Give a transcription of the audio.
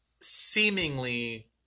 seemingly